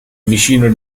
vicino